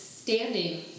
standing